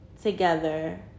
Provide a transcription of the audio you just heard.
Together